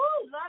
love